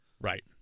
Right